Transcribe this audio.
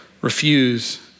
refuse